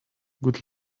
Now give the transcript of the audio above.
good